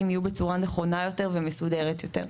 יהיו בצורה נכונה יותר ומסודרת יותר.